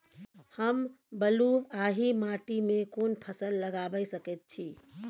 हम बलुआही माटी में कोन फसल लगाबै सकेत छी?